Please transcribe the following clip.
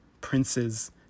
princes